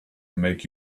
make